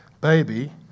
baby